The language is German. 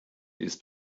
ist